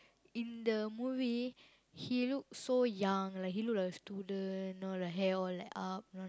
in the movie he look so young like he look like a student you know the hair all like up you know